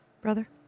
brother